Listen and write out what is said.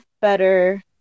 better